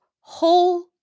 whole